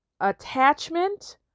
attachment